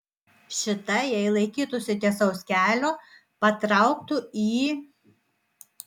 šita jei laikytųsi tiesaus kelio patrauktų į